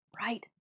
right